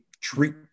treat